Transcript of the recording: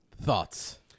Thoughts